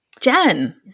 Jen